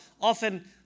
often